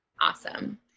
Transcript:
Awesome